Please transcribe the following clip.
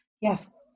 yes